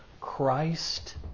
Christ